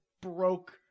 broke